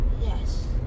Yes